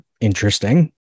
interesting